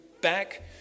back